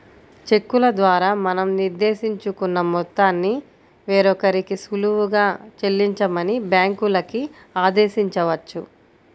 చెక్కుల ద్వారా మనం నిర్దేశించుకున్న మొత్తాన్ని వేరొకరికి సులువుగా చెల్లించమని బ్యాంకులకి ఆదేశించవచ్చు